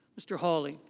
mr. holly